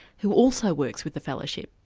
who also works with the fellowship.